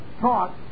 taught